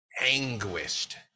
anguished